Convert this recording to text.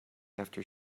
after